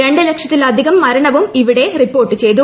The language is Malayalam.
രണ്ടു ലക്ഷത്തിലധികം മരണവും ഇവിടെ റിപ്പോർട്ട് ചെയ്തു